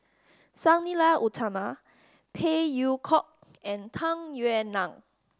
Sang Nila Utama Phey Yew Kok and Tung Yue Nang